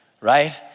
right